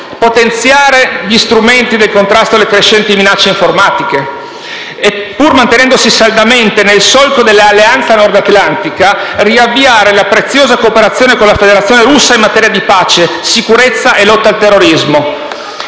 potenziare gli strumenti di contrasto alle crescenti minacce informatiche e, pur mantenendosi saldamente nel solco dell'Alleanza nordatlantica, riavviare la preziosa cooperazione con la Federazione russa in materia di pace, sicurezza e lotta al terrorismo.